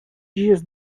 dias